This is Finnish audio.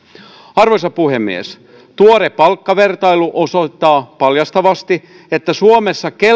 arvoisa puhemies tuore palkkavertailu osoittaa paljastavasti että suomessa